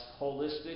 holistic